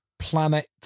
Planet